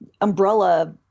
umbrella